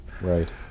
Right